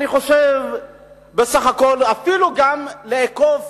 אני חושב שאפילו אי-אפשר לאכוף